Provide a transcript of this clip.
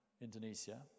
Indonesia